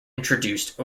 introduced